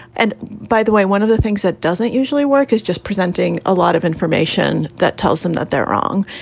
and by the way, one of the things that doesn't usually work is just presenting a lot of. summation that tells them that they're wrong.